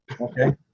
Okay